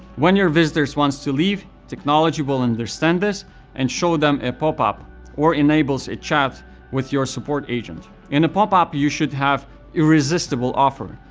when your visitors wants to leave, technology will understand this and show them a pop-up or enables a chat with your support agent. in the pop-up, you should have irresistible offer,